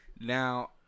Now